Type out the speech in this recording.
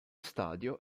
stadio